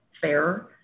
fairer